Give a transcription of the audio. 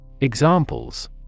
Examples